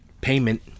payment